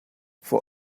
for